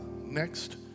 next